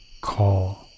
call